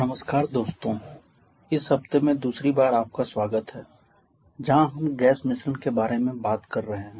नमस्कार दोस्तों इस हफ्ते में दूसरी बार आपका स्वागत है जहां हम गैस मिश्रण के बारे में बात कर रहे हैं